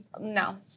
No